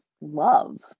love